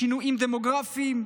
שינויים דמוגרפיים,